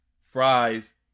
Fries